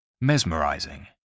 Mesmerizing